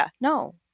No